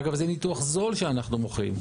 אגב, זה ניתוח זול שאנחנו מוכרים.